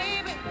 baby